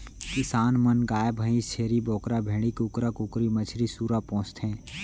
किसान मन गाय भईंस, छेरी बोकरा, भेड़ी, कुकरा कुकरी, मछरी, सूरा पोसथें